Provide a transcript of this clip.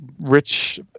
rich